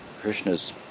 Krishna's